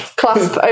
clasp